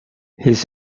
his